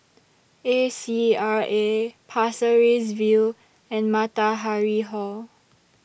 A C R A Pasir Ris View and Matahari Hall